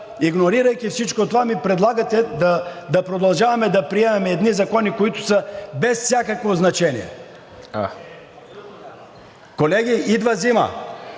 игнорирайки всичко това, ми предлагате да продължаваме да приемаме едни закони, които са без всякакво значение! Колеги, идва зима!